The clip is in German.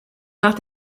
nach